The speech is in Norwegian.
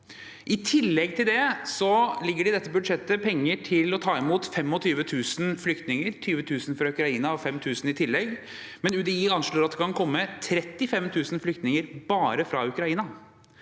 I tillegg til det ligger det i dette budsjettet penger til å ta imot 25 000 flyktninger, 20 000 fra Ukraina og 5 000 i tillegg, men UDI anslår at det kan komme 35 000 flyktninger bare fra Ukraina.